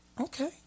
Okay